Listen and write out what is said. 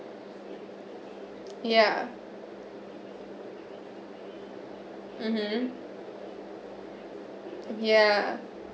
ya mmhmm ya